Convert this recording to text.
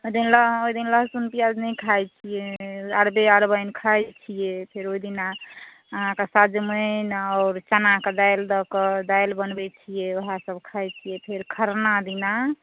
ओहिदिन लहसुन प्याज नहि खाय छिऐ अरबे अरबाइन खाइ छिऐ फेर ओहिदिना अहाँके सजमनि आओर चनाके दालि दएक दालि बनबए छिऐ ओहे सभ खाइ छिऐ फेर खरना दिना